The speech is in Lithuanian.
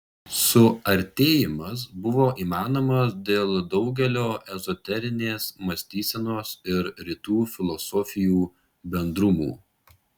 suartėjimas buvo įmanomas dėl daugelio ezoterinės mąstysenos ir rytų filosofijų bendrumų